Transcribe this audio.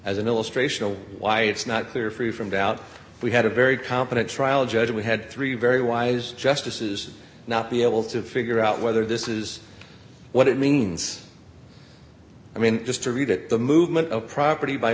as an illustration of why it's not clear free from doubt we had a very competent trial judge we had three very wise justices not be able to figure out whether this is what it means i mean just to read it the movement of property by